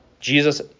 Jesus